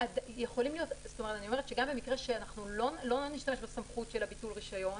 גם במקרה שלא נשתמש בסמכות של ביטול רישיון